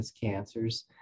cancers